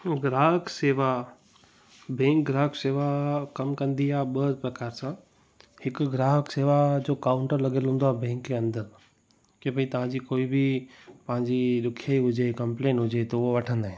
ग्राहक शेवा बैंक ग्राहक शेवा कमु कंदी आहे ॿ प्रकार सां हिकु ग्राहक शेवा जो काउंटर लॻियल हूंदो आहे बैंक जे अंदर की भई तव्हांजी कोई बि पंहिंजी ॾुखिया हुजे कंप्लेन हुजे त उहो वठंदा आहिनि